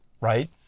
right